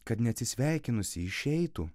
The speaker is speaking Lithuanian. kad neatsisveikinusi išeitų